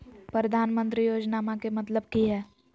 प्रधानमंत्री योजनामा के मतलब कि हय?